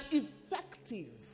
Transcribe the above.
effective